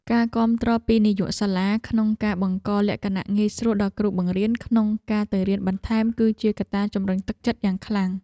ការគាំទ្រពីនាយកសាលាក្នុងការបង្កលក្ខណៈងាយស្រួលដល់គ្រូបង្រៀនក្នុងការទៅរៀនបន្ថែមគឺជាកត្តាជំរុញទឹកចិត្តយ៉ាងខ្លាំង។